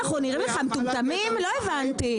מה אנחנו נראים לך מטומטמים לא הבנתי?